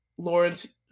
Lawrence